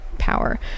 power